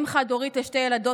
אם חד-הורית לשתי ילדות,